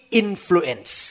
influence